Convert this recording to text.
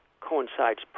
coincides